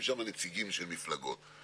חצי מהסטודנטים במדינת ישראל.